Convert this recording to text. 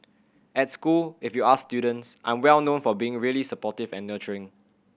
at school if you ask students I'm well known for being really supportive and nurturing